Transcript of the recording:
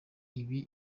ibi